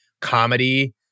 comedy